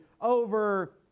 over